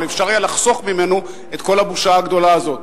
אבל אפשר היה לחסוך ממנו את כל הבושה הגדולה הזאת.